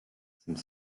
some